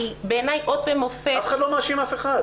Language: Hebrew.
אף אחד לא מאשים אף אחד.